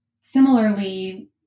Similarly